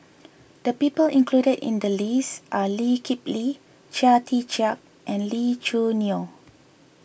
the people included in the list are Lee Kip Lee Chia Tee Chiak and Lee Choo Neo